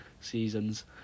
seasons